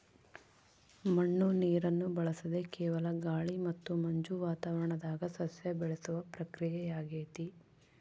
ಮಣ್ಣು ನೀರನ್ನು ಬಳಸದೆ ಕೇವಲ ಗಾಳಿ ಮತ್ತು ಮಂಜು ವಾತಾವರಣದಾಗ ಸಸ್ಯ ಬೆಳೆಸುವ ಪ್ರಕ್ರಿಯೆಯಾಗೆತೆ